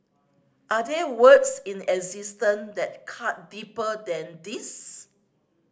are there words in existence that cut deeper than these